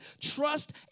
trust